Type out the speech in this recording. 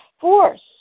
force